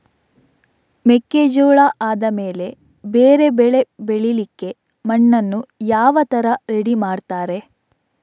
ಮೆಕ್ಕೆಜೋಳ ಆದಮೇಲೆ ಬೇರೆ ಬೆಳೆ ಬೆಳಿಲಿಕ್ಕೆ ಮಣ್ಣನ್ನು ಯಾವ ತರ ರೆಡಿ ಮಾಡ್ತಾರೆ?